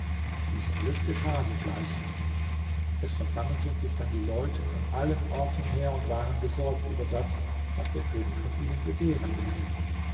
dies alles geschah sogleich es versammelten sich dann die leute von allen orten her und waren besorgt über das was der könig von ihnen begehren werde